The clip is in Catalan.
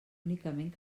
únicament